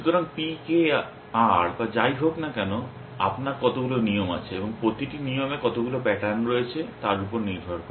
সুতরাং P K R বা যাই হোক না কেন আপনার কতগুলি নিয়ম আছে এবং প্রতিটি নিয়মে কতগুলি প্যাটার্ন রয়েছে তার উপর নির্ভর করে